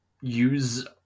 Use